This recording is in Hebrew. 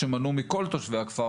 שמנעו מכל תושבי הכפר